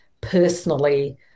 personally